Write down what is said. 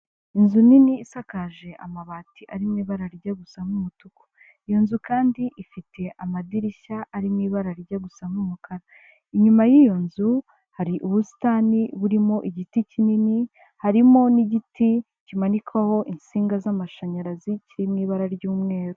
Inzu nini isakaje amabati ari mu ibara rigiye gusa nk'umutuku, iyo nzu kandi ifite amadirishya ari mu ibara rijya gusa nk'umukara, inyuma y'iyo nzu hari ubusitani burimo igiti kinini harimo n'igiti kimanikwaho insinga z'amashanyarazi kiri mu ibara ry'umweru.